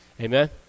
Amen